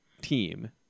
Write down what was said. team